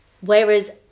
Whereas